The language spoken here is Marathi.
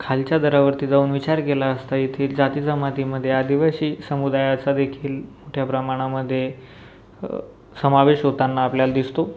खालच्या थरावरती जाऊन विचार केला असता येथील जाती जमातीमध्ये आदिवासी समुदायाचादेखील मोठ्या प्रमाणामध्ये समावेश होताना आपल्याला दिसतो